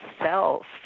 self